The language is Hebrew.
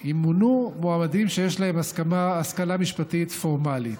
ימונו מועמדים שיש להם השכלה משפטית פורמלית.